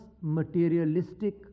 materialistic